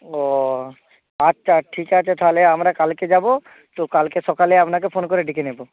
ও আচ্ছা ঠিক আছে তাহলে আমরা কালকে যাবো তো কালকে সকালে আপনাকে ফোন করে ডেকে নেবো